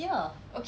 ya